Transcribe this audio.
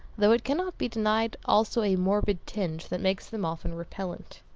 though it cannot be denied also a morbid tinge that makes them often repellent.